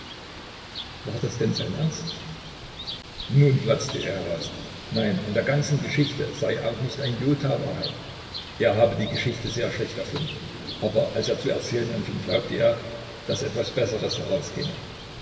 war es denn sein ernst nun platzte er heraus nein an der ganzen geschichte sei auch nicht ein jota wahrheit er habe die geschichte sehr schlecht erfunden aber als er zu erzählen anfing glaubte er daß etwas besseres herauskäme